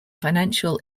financial